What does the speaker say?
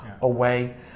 away